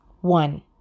One